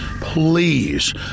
Please